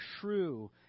shrew